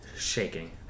Shaking